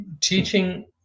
teaching